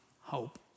hope